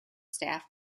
staff